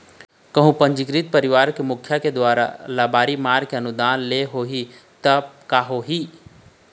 कहूँ पंजीकृत परवार के मुखिया के दुवारा लबारी मार के अनुदान ले होही तब का होही?